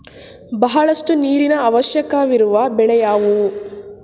ಬಹಳಷ್ಟು ನೀರಿನ ಅವಶ್ಯಕವಿರುವ ಬೆಳೆ ಯಾವುವು?